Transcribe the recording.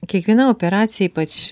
kiekviena operacija ypač